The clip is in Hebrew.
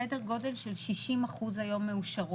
סדר גודל של 60 אחוז היום מאושרות.